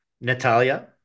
Natalia